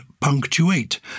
punctuate